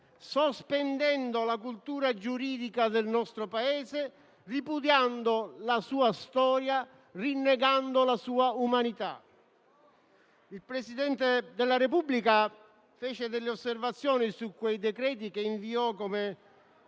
sospendendo la cultura giuridica del nostro Paese, ripudiando la sua storia, rinnegando la sua umanità. Il Presidente della Repubblica fece delle osservazioni su quei decreti, che inviò con